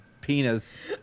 penis